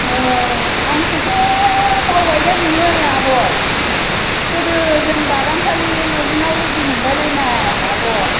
औ आंखौथ' बावबायखोमा नोङो आब' गोदो जों बागानसालि लजिं आव लोगोमोनलाय लायनाय आब'